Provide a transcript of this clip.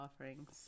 offerings